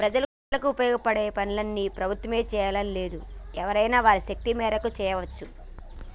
ప్రజలకు ఉపయోగపడే పనులన్నీ ప్రభుత్వమే చేయాలని లేదు ఎవరైనా వారి శక్తి మేరకు చేయవచ్చు